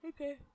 Okay